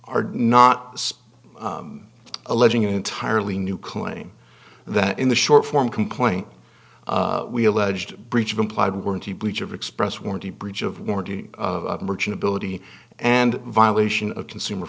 are not alleging entirely new claim that in the short form complaint we alleged breach of implied warranty breach of express warranty breach of warranty of merchantability and violation of consumer